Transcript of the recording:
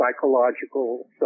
psychological